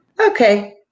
okay